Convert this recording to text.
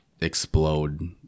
explode